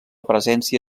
presència